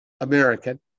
American